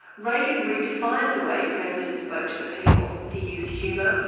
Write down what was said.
reagan redefined the way presidents spoke to the people. he used humour,